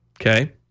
Okay